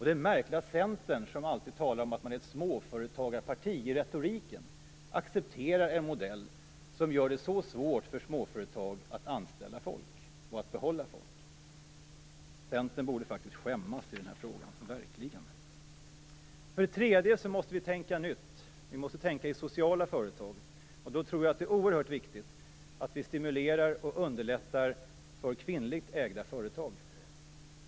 Det är märkligt att Centern, som alltid talar om att man är ett småföretagarparti i retoriken, accepterar en modell som gör det så svårt för små företag att anställa och behålla folk. Centern borde verkligen skämmas i den här frågan. För det tredje måste vi i Sverige tänka nytt. Vi måste tänka i sociala företag. Jag tror att det är oerhört viktigt att vi stimulerar och underlättar för kvinnligt ägda företag.